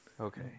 Okay